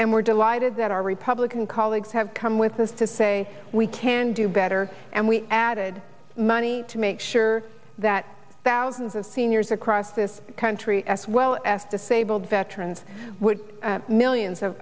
and we're delighted that our republican colleagues have come with us to say we can do better and we added money to make sure that thousands of seniors across this country as well as disabled veterans would millions of